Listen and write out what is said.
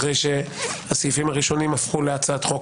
אחרי שהסעיפים הראשונים הפכו להצעת חוק